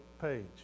page